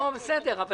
בסדר,